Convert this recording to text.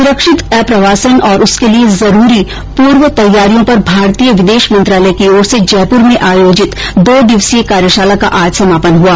सुरक्षित अप्रवासन और उसके लिए जरूरी पूर्व तैयारियों पर विदेष मंत्रालय की ओर से जयपुर में आयोजित दो दिवसीय कार्यषाला का आज समापन हुआ